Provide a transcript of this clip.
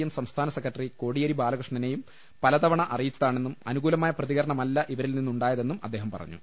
M സംസ്ഥാന secretary Kodiyeri ബാല കൃഷ്ണനെയും പലതവണ അറിയിച്ചതാണെന്നും അനുകൂലമായ പ്രതികരണമല്ല ഇവരിൽ നിന്ന് ഉണ്ടായതെന്നും അദ്ദേഹം പറഞ്ഞു